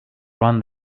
run